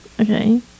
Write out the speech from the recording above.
Okay